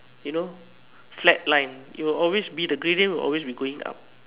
you know flat line it will always be the gradient will always be going up